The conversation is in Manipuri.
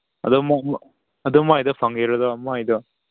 ꯑꯗꯨ ꯃꯣꯏꯗꯣ ꯑꯗꯥ ꯐꯪꯒꯦꯔꯥ ꯑꯗꯨ ꯃꯣꯏꯗꯣ